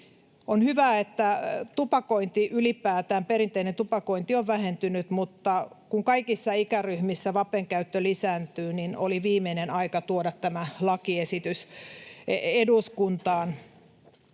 tupakointi, perinteinen tupakointi, on vähentynyt, mutta kun kaikissa ikäryhmissä vapen käyttö lisääntyy, niin oli viimeinen aika tuoda tämä lakiesitys eduskuntaan.